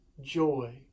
Joy